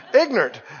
Ignorant